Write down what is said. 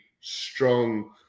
strong